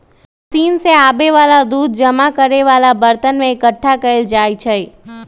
machine से आबे वाला दूध जमा करे वाला बरतन में एकट्ठा कएल जाई छई